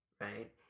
right